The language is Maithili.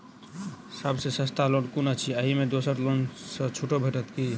सब सँ सस्ता लोन कुन अछि अहि मे दोसर लोन सँ छुटो भेटत की?